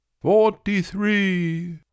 Forty-three